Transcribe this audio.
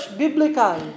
biblical